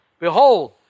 Behold